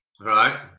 Right